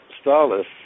Starless